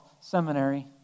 Seminary